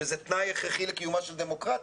שזה תנאי הכרחי לקיומה של דמוקרטיה.